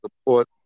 support